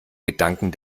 gedanken